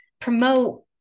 promote